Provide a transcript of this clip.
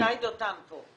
שי דותן פה.